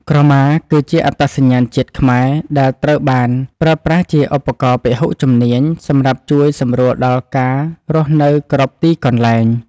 ក្រមាគឺជាអត្តសញ្ញាណជាតិខ្មែរដែលត្រូវបានប្រើប្រាស់ជាឧបករណ៍ពហុជំនាញសម្រាប់ជួយសម្រួលដល់ការរស់នៅគ្រប់ទីកន្លែង។